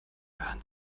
hören